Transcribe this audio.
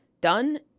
done